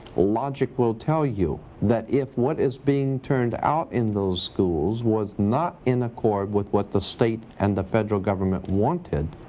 logic will tell you that if what is being turned out in those schools was not in accord with what the state and the federal government wanted,